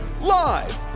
Live